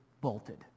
bolted